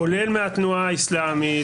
כולל מהתנועה האסלאמית,